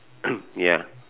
ya